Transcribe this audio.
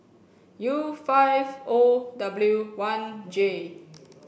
U five O W one J